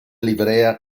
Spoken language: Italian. livrea